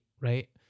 right